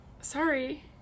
sorry